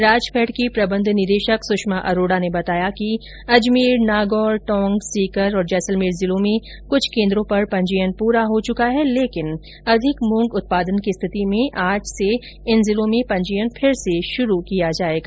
राजफैड की प्रबंध निदेशक सुषमा अरोड़ा ने बताया कि अजमेर नागौर टोंक सीकर और जैसलमेर जिलों में कुछ केन्द्रों पर पंजीयन पूरा हो चुका है लेकिन अधिक मूंग उत्पादन की स्थिति में आज से इन जिलों में पंजीयन फिर से शुरू किया जाएगा